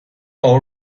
all